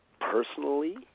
Personally